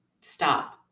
stop